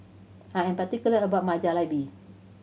I am particular about my Jalebi